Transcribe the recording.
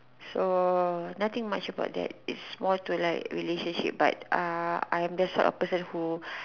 so nothing much about that it's more to like relationship but uh I am the sort of person who